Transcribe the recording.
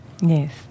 Yes